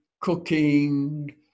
cooking